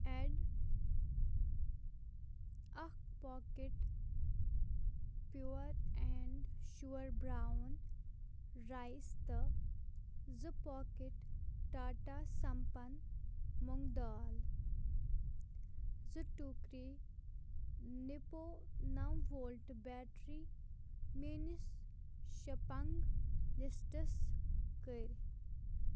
add اکھ packet pure and sure brown rice تہٕ زٕ پاکیٚٹ ٹاٹا سمپَن مۄنٛگہٕ دال زٕ ٹُکرٕ نِپوٚو نَو وولٹہٕ بیٹری میٛٲنِس شاپنٛگ لسٹَس کٔرۍ